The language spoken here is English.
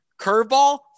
curveball